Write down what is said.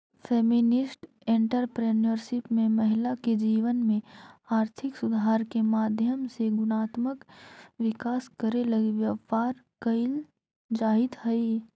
feminist entrepreneurship में महिला के जीवन में आर्थिक सुधार के माध्यम से गुणात्मक विकास करे लगी व्यापार कईल जईत हई